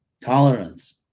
tolerance